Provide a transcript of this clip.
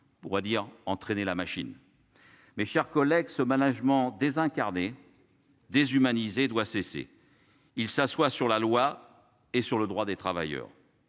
pour dire entraîné la machine. Mes chers collègues ce management désincarné. Déshumanisé doit cesser. Il s'assoit sur la loi et sur le droit des travailleurs